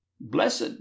Blessed